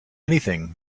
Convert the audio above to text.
anything